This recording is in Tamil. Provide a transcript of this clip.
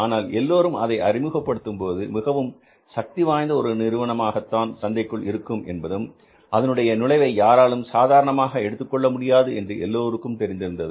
ஆனால் எல்லோருக்கும் அதை அறிமுகப்படுத்தும்போது மிகவும் சக்திவாய்ந்த ஒரு நிறுவனமாக தான் சந்தைக்குள் இருக்கும் என்பதும் அதனுடைய நுழைவை யாராலும் சாதாரணமாக எடுத்துக் கொள்ள முடியாது என்று எல்லோருக்கும் தெரிந்திருந்தது